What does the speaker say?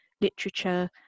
literature